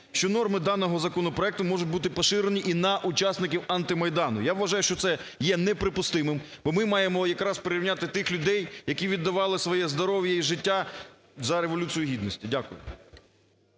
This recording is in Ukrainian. що норми даного законопроекту можуть бути поширені і на учасників "антимайдану". Я вважаю, що це є неприпустимим, бо ми маємо якраз прирівняти тих людей, які віддавали своє здоров'я і життя за Революцію Гідності. Дякую.